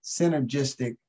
synergistic